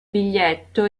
biglietto